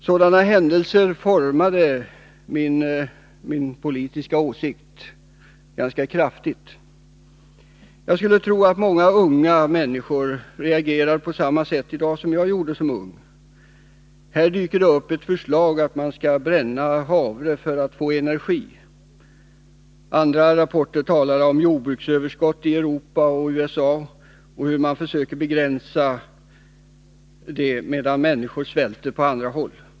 Sådana händelser formade min politiska åsikt ganska kraftigt. Jag skulle tro att många unga människor reagerar på samma sätt i dag som jag gjorde som ung. Här dyker det upp ett förslag att man skall bränna havre för att få energi. Andra rapporter talar om jordbruksöverskott i Europa och USA och hur man försöker begränsa detta, medan människor svälter på andra håll.